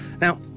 Now